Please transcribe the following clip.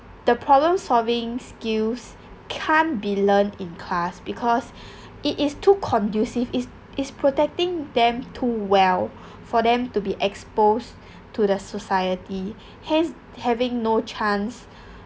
the problem solving skills can't be learnt in class because it is too conducive is is protecting them too well for them to be exposed to the society has having no chance